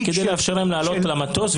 --- כדי לאפשר להם לעלות למטוס,